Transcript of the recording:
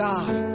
God